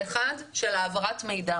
האחד של העברת מידע